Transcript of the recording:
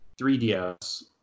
3DS